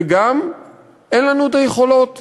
וגם אין לנו היכולת.